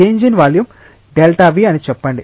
change in volume Δv అని చెప్పండి